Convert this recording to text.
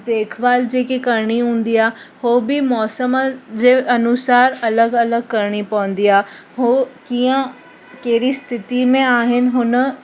देखभाल जेकी करिणी हूंदी आहे हो बि मौसम जे अनुसारु अलॻि अलॻि करिणी पवंदी आहे हो कीअं कहिड़ी स्थिती में आहिनि हुन